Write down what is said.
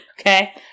okay